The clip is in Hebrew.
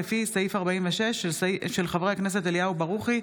לסדר-היום של חברי הכנסת אליהו ברוכי,